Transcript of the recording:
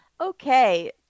Okay